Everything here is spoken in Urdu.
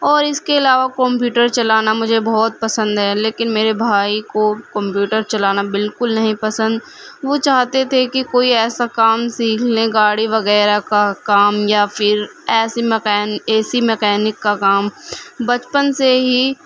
اور اس کے علاوہ کمپیوٹر چلانا مجھے بہت پسند ہے لیکن میرے بھائی کو کمپیوٹر چلانا بالکل نہیں پسند وہ چاہتے تھے کہ کوئی ایسا کام سیکھ لیں گاڑی وغیرہ کا کام یا پھر ایسی مکین اے سی مکینک کا کام بچپن سے ہی